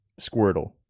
Squirtle